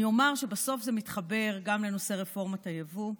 אני אומר שבסוף זה מתחבר גם לנושא רפורמת היבוא.